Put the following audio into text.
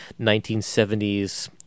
1970s